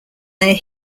their